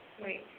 Wait